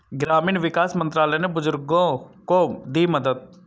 ग्रामीण विकास मंत्रालय ने बुजुर्गों को दी मदद